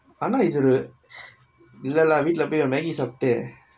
ஆனா இது ஒரு இல்லலா வீட்டுல போய்:aanaa ithu oru illalaa veetula poi Maggi சாப்டுட்டு:saaptutu